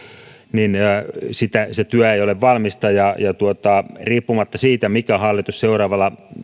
niin se työ ei ole valmista riippumatta siitä mikä hallitus seuraavalla